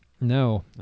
No